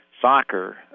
soccer